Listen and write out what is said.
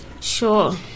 Sure